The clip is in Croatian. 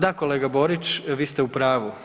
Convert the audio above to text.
Da kolega Borić, vi ste u pravu.